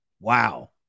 Wow